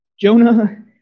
Jonah